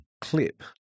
clip